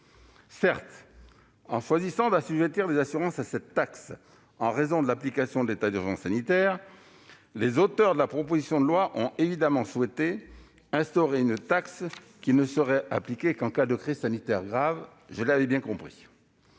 Certes, en choisissant d'assujettir les assurances à cette taxe en raison de l'application de l'état d'urgence sanitaire, les auteurs de la proposition de loi ont évidemment souhaité instaurer une taxe qui ne serait appliquée qu'en cas de crise sanitaire grave- je l'avais bien compris.